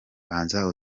banza